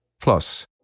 Plus